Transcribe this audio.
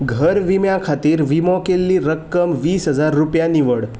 घर विम्या खातीर विमो केल्ली रक्कम वीस हजार रुपया निवड